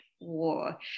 War